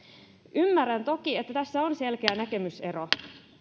ymmärrän toki että tässä on selkeä näkemysero